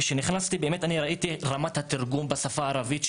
כשנכנסתי ראיתי את רמת התרגום בשפה הערבית,